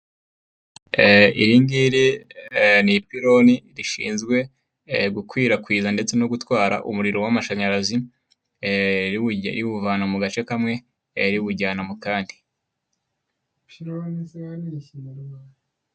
Iri ngiri ni ipironi rishinzwe gukwirakwiza ndetse no gutwara umuriro w'amashanyarazi, riwuvana mu gace kamwe riwujyana mu kandi.